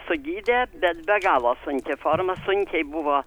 sugydė bet be galo sunkia forma sunkiai buvo